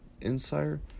Insider